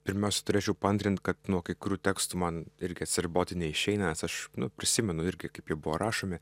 pirmiausia turėčiau paantrint kad nuo kai kurių tekstų man irgi atsiriboti neišeina nes aš prisimenu irgi kaip jie buvo rašomi